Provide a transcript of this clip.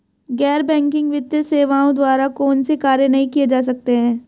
गैर बैंकिंग वित्तीय सेवाओं द्वारा कौनसे कार्य नहीं किए जा सकते हैं?